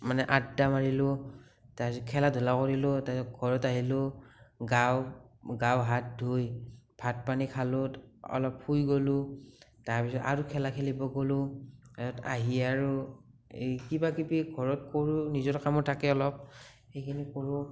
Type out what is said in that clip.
মানে আদ্দা মাৰিলোঁ তাৰপিছত খেলা ধূলা কৰিলোঁ তাৰপিছত ঘৰত আহিলোঁ গাও গাও হাত ধুই ভাত পানী খালোঁ অলপ শুই গ'লো তাৰপিছত আৰু খেলা খেলিব গ'লো আহি আৰু এই কিবা কিবি ঘৰত কৰোঁ নিজৰ কামো থাকে অলপ সেইখিনি কৰোঁ